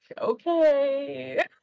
okay